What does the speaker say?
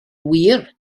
wir